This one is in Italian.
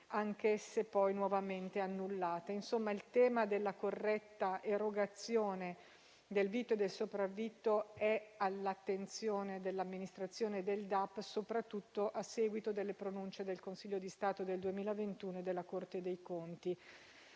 anche se poi nuovamente annullate. Insomma, il tema della corretta erogazione del vitto e del sopravvitto è all'attenzione dell'amministrazione penitenziaria, soprattutto a seguito delle pronunce del Consiglio di Stato del 2021 e della Corte dei conti,